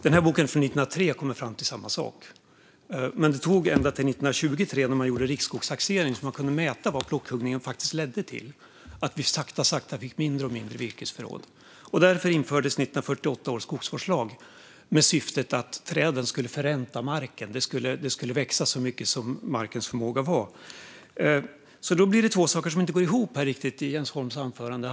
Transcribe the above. Den här boken från 1903 kommer fram till samma sak, men det tog ändå till 1923 då man gjorde riksskogstaxering som man kunde mäta vad plockhuggningen faktiskt ledde till, det vill säga att det blev sakta mindre och mindre virkesförråd. Därför infördes 1948 års skogsvårdslag med syftet att träden skulle förränta marken. De skulle växa så mycket som marken förmådde. Det blir två saker som inte riktigt går ihop i Jens Holms anförande.